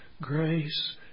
grace